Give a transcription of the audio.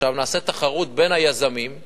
עכשיו נעשה תחרות בין היזמים,